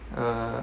uh